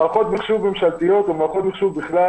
מערכות מחשוב ממשלתיות ומערכות מחשוב בכלל,